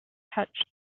touched